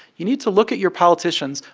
you need to look at your politicians.